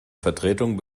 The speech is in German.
vertretung